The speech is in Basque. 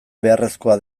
beharrezkoa